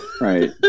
Right